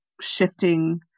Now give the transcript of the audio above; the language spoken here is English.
shifting